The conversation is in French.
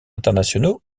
internationaux